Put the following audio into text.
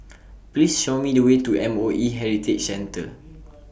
Please Show Me The Way to M O E Heritage Centre